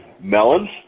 melons